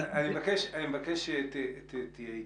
מר אלקבץ, אני מבקש שתהיה איתי.